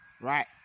right